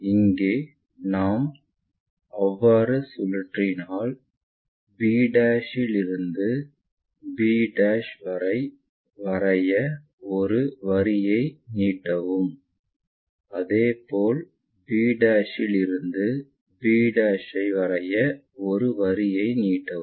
இங்கே நாம் அவ்வாறு சுழற்றினாள் b இல் இருந்து b ஐ வரைய ஒரு வரியை நீட்டவும் அதேபோல் b இல் இருந்து b ஐ வரைய ஒரு வரியை நீட்டவும்